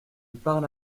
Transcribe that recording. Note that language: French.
parle